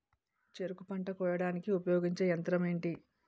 చెరుకు పంట కోయడానికి ఉపయోగించే యంత్రం ఎంటి?